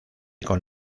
con